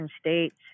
states